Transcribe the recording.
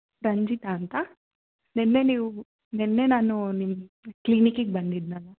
ರಂಜಿತಾ ಅಂತ ನಿನ್ನೆ ನೀವು ನಿನ್ನೆ ನಾನು ನಿಮ್ಮ ಕ್ಲಿನಿಕಿಗೆ ಬಂದಿದ್ನಲ್ಲ